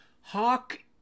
Hawk